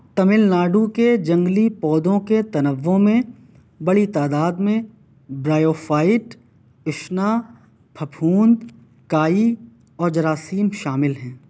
تمل ناڈو کے جنگلی پودوں کے تنوع میں بڑی تعداد میں برائیوفائٹ اشنہ پھپھوند کائی اور جراثیم شامل ہیں